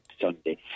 Sunday